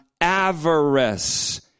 avarice